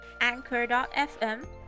Anchor.fm